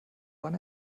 wann